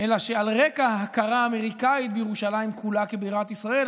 אלא שעל רקע ההכרה האמריקאית בירושלים כולה כבירת ישראל,